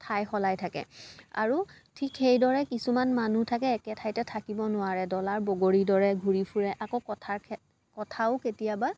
ঠাই সলায় থাকে আৰু ঠিক সেইদৰে কিছুমান মানুহ থাকে একে ঠাইতে থাকিব নোৱাৰে ডলাৰ বগৰীৰ দৰে ঘূৰি ফূৰে আকৌ কথাৰ খে কথাও কেতিয়াবা